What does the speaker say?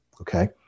okay